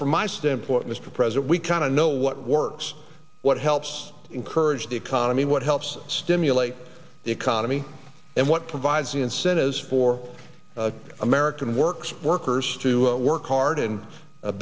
from my standpoint mr president we kind of know what works what helps encourage the economy what helps stimulate the economy and what provides the incentives for american works workers to work hard and